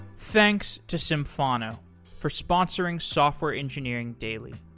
thanks to symphono for sponsoring software engineering daily.